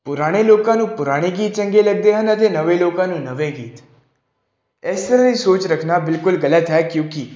ਪੁਰਾਣੇ ਲੋਕਾਂ ਨੂੰ ਪੁਰਾਣੇ ਗੀਤ ਚੰਗੇ ਲੱਗਦੇ ਹਨ ਅਤੇ ਨਵੇਂ ਲੋਕਾਂ ਨੂੰ ਨਵੇਂ ਗੀਤ ਇਸ ਤਰ੍ਹਾਂ ਦੀ ਸੋਚ ਰੱਖਣਾ ਬਿਲਕੁਲ ਗਲਤ ਹੈ ਕਿਉਂਕਿ